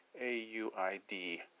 A-U-I-D